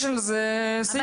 יש על זה סעיף עונשין.